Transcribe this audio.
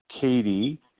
Katie